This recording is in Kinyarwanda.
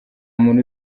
muntu